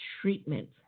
treatment